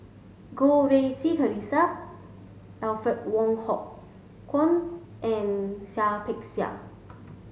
Goh Rui Si Theresa Alfred Wong Hong Kwok and Seah Peck Seah